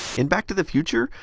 in back to the future,